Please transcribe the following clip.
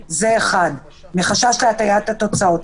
מחשש להטיית התוצאות.